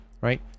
right